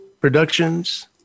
productions